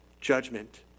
judgment